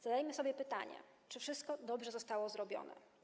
Zadajmy sobie pytanie: Czy wszystko dobrze zostało zrobione?